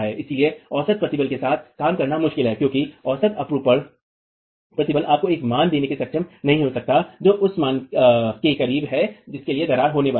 इसलिए औसत प्रतिबल के साथ काम करना मुश्किल है क्योंकि औसत अपरूपण प्रतिबल आपको एक मान देने में सक्षम नहीं हो सकता है जो उस मान के करीब है जिसके लिए दरार होने वाली है